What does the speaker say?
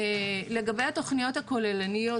לגבי התוכניות הכוללניות,